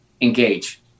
engage